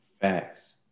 Facts